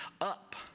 up